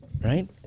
right